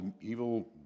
evil